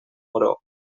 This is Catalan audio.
moró